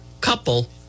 couple